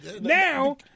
Now